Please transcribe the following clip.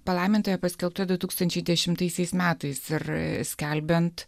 palaimintąja paskelbta du tūkstančiai dešimtaisiais metais ir skelbiant